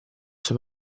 suo